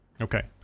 Okay